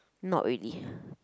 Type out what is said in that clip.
not really